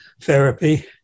Therapy